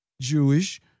Jewish